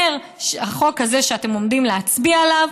החוק הזה שאתם עומדים להצביע עליו?